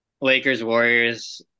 Lakers-Warriors